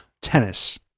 Tennis